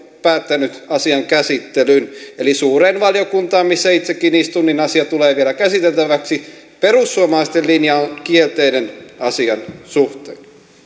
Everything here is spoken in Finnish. päättänyt asian käsittelyn eli suureen valiokuntaan missä itsekin istun asia tulee vielä käsiteltäväksi perussuomalaisten linja on kielteinen asian suhteen